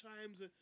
times